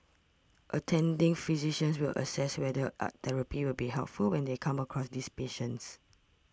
attending physicians will assess whether art therapy will be helpful when they come across these patients